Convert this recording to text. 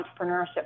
entrepreneurship